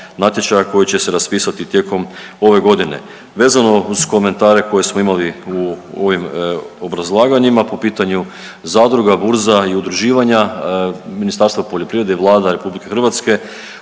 koji će se raspisati tijekom ove godine. Vezano uz komentare koje smo imali u ovim obrazlaganjima po pitanju zadruga, burza i udruživanja, Ministarstvo poljoprivrede i Vlada RH otvorili